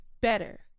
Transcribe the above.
better